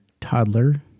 toddler